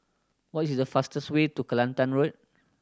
what is the fastest way to Kelantan Road